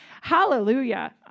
hallelujah